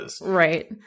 Right